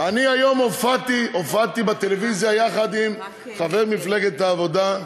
אני היום הופעתי בטלוויזיה יחד עם חבר מפלגת העבודה,